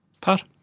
Pat